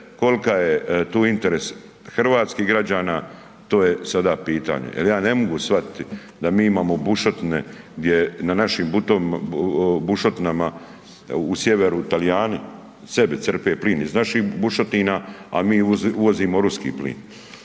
kolka je tu interes hrvatskih građana, to je sada pitanje. Jer ja ne mogu shvatiti da mi imamo bušotine gdje na našim bušotinama u sjeveru Talijani sebi crpe plin iz naših bušotina, a mi uvozimo Ruski plin.